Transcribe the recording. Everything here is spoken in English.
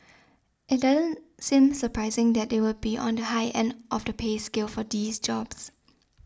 it doesn't seem surprising that they would be on the high end of the pay scale for these jobs